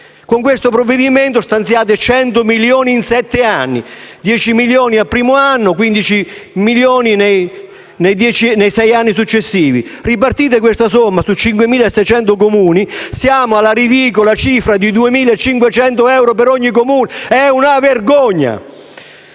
Con questo provvedimento stanziate 100 milioni in sette anni: 10 il primo anno e 15 nei sei anni successivi; se ripartite questa somma su 5.600 Comuni, siamo alla ridicola cifra di 2.500 euro per ogni Comune: è una vergogna.